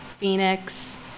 Phoenix